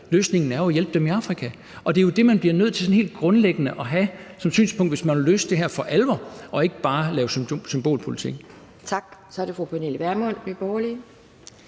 Løsningen er jo at hjælpe dem i Afrika. Det er jo det, man bliver nødt til sådan helt grundlæggende at have som synspunkt, hvis man vil løse det her for alvor og ikke bare lave symbolpolitik.